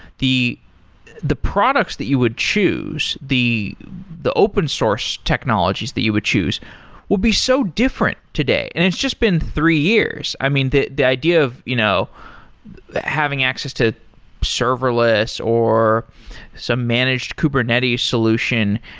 the the products that you would choose, the the open source technologies that you would choose will be so different today, and it's just been three years. i mean, the the idea of you know having access to serverless or some managed kubernetes solution,